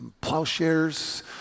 plowshares